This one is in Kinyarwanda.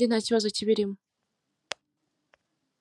hari n'amakayi cyangwa se impapuro.